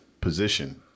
position